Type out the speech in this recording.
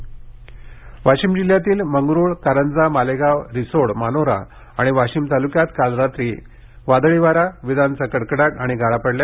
वाशीम न्कसान वाशीम जिल्ह्यातील मंगरूळ कारंजा मालेगाव रिसोड मानोरा आणि वाशीम तालुक्यात काल रात्री वादळी वारा विजांचा कडकडाट आणि गारा पडल्या